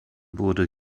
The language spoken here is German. wurde